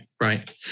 right